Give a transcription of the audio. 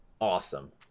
awesome